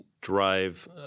drive